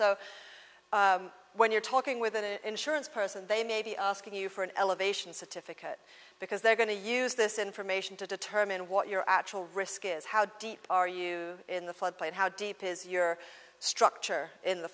so when you're talking with an insurance person they may be asking you for an elevation certificate because they're going to use this information to determine what your actual risk is how deep are you in the flood plain how deep is your structure in the